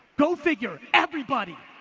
go figure. everybody.